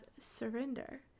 surrender